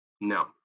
No